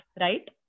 right